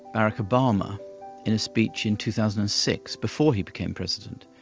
barack obama in a speech in two thousand and six before he became president,